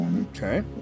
Okay